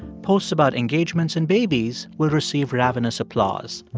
posts about engagements and babies will receive ravenous applause.